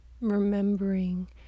Remembering